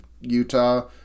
Utah